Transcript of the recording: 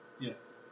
yes